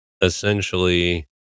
essentially